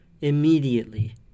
immediately